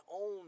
own